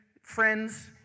friends